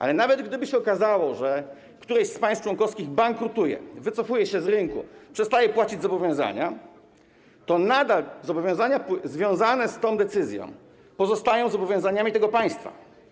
Ale nawet gdyby się okazało, że któreś z państw członkowskich bankrutuje, wycofuje się z rynku, przestaje płacić zobowiązania, to nadal zobowiązania związane z tą decyzją pozostają zobowiązaniami tego państwa.